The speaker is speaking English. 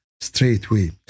Straightway